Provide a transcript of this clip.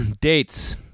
Dates